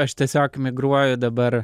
aš tiesiog migruoju dabar